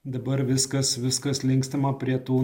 dabar viskas viskas linkstama prie tų